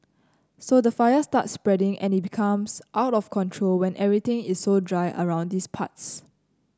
so the fire starts spreading and it becomes out of control when everything is so dry around his parts